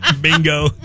bingo